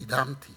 נדהמתי